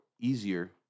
easier